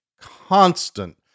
constant